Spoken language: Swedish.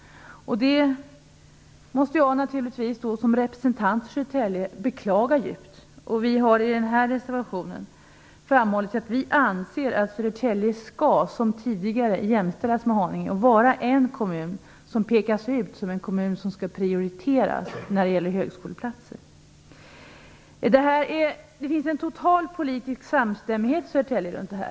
Det måste jag som representant för Södertälje naturligtvis beklaga djupt. Vi har i den här reservationen framhållit att vi anser att Södertälje som tidigare skall jämställas med Haninge och vara en kommun som pekas ut som en kommun som skall prioriteras när det gäller högskoleplatser. Det finns en total politisk samstämmighet i Södertälje om detta.